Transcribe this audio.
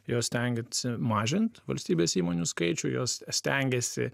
jos stengiasi mažint valstybės įmonių skaičių jos stengiasi